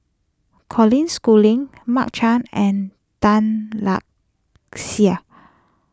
Colin Schooling Mark Chan and Tan Lark Sye